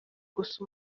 gusa